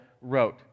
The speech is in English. wrote